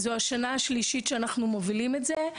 זאת השנה השלישית שאנחנו מובילים את זה.